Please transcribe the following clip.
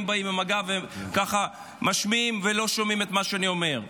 באים עם הגב ולא שומעים את מה שאני אומר.